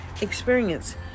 experience